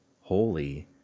holy